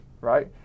Right